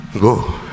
Go